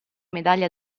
medaglia